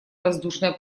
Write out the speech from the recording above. воздушное